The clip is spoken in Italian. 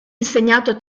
insegnato